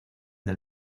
del